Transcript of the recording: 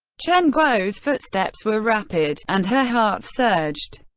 chen guo's footsteps were rapid, and her heart surged.